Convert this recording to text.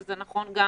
וזה נכון גם